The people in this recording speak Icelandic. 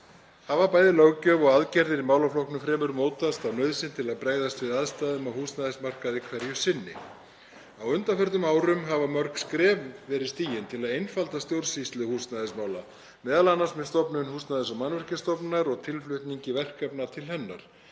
hafa bæði löggjöf og aðgerðir í málaflokknum fremur mótast af nauðsyn til að bregðast við aðstæðum á húsnæðismarkaði hverju sinni. Á undanförnum árum hafa mörg skref verið stigin til að einfalda stjórnsýslu húsnæðismála, m.a. með stofnun Húsnæðis- og mannvirkjastofnunar og tilflutningi verkefna til hennar.